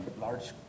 large